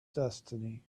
destiny